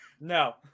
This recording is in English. No